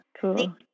Cool